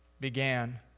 began